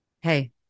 Hey